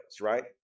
right